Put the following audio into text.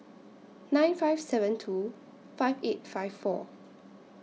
nine five seven two five eight five four